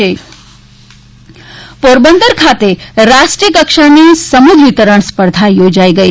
તરણ સ્પર્ધા પોરબંદર ખાતે રાષ્ટ્રીય કક્ષાની સમુક્રી તરણ સ્પર્ધા યોજાઇ ગઈ